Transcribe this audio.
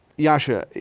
yascha,